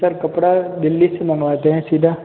sir कपड़ा दिल्ली से मंगवाते है सीधा